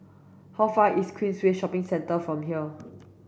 how far is Queensway Shopping Centre from here